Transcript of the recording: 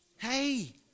Hey